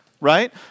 right